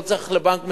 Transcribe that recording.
לא צריך לבנק מסוים.